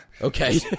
Okay